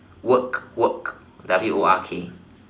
work work W O R K